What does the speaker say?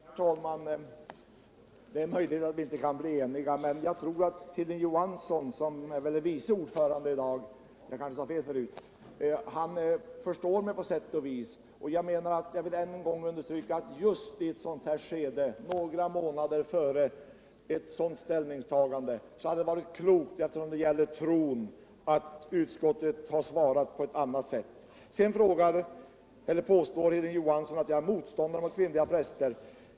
Herr talman! Det är möjligt att vi inte kan bli eniga, men jag tror att Hilding Johansson —- som väl är vice ordförande i utskottet, kanske sade jag fel förut — förstår mig på sätt och vis. Jag vill än en gång understryka att just i det här skedet — några månader före ett ställningstagande — hade det, eftersom det gäller tron, varit klokt om utskottet besvarat motionerna på annat sätt. Hilding Johansson påstår att jag är motståndare till kvinnliga präster.